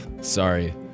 sorry